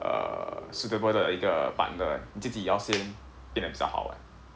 err suitable 的一个 partner 你自己要先变得比较好